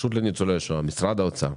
הרשות לניצולי השואה או משרד האוצר,